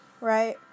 right